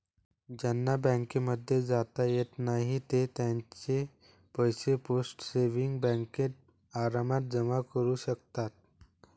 ज्यांना बँकांमध्ये जाता येत नाही ते त्यांचे पैसे पोस्ट सेविंग्स बँकेत आरामात जमा करू शकतात